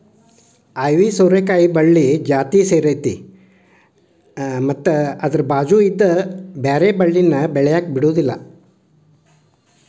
ಐವಿ ಸೋರೆಕಾಯಿ ಬಳ್ಳಿ ಜಾತಿಯ ಸೇರೈತಿ ಮತ್ತ ಅದ್ರ ಬಾಚು ಇದ್ದ ಬ್ಯಾರೆ ಬಳ್ಳಿನ ಬೆಳ್ಯಾಕ ಬಿಡುದಿಲ್ಲಾ